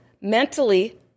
mentally